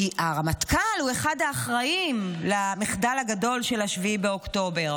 כי הרמטכ"ל הוא אחד האחראים למחדל הגדול של 7 באוקטובר.